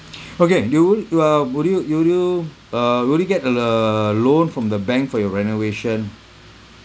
okay do you uh would you will you uh would you get the uh loan from the bank for your renovation